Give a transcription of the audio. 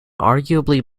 arguably